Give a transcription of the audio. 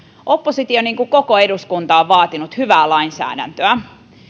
oppositio niin kuin koko eduskunta on vaatinut hyvää lainsäädäntöä